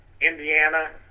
Indiana